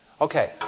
Okay